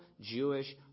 Jewish